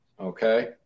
okay